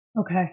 Okay